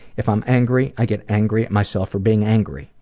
if i'm angry, i get angry at myself for being angry.